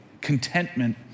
contentment